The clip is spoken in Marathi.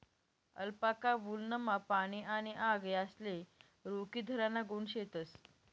अलपाका वुलनमा पाणी आणि आग यासले रोखीधराना गुण शेतस